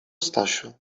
stasiu